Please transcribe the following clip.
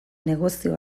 negozio